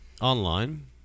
online